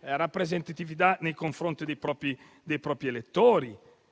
rappresentatività nei confronti dei propri elettori),